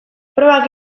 probak